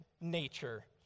nature